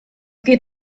geht